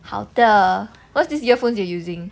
好的 what's this earphones you using